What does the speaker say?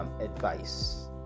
advice